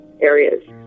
areas